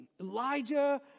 Elijah